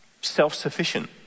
self-sufficient